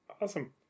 awesome